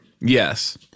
Yes